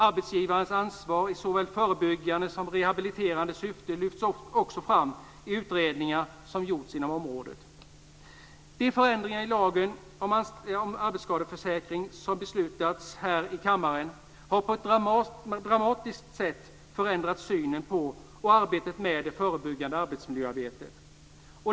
Arbetsgivarnas ansvar i såväl förebyggande som rehabiliterande syfte lyfts också fram i utredningar som gjorts inom området. De förändringar i lagen om arbetsskadeförsäkring som beslutats här i kammaren har på ett dramatiskt sätt förändrat synen på och arbetet med det förebyggande arbetsmiljöarbetet.